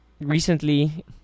recently